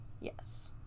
yes